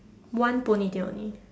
one Pony tail only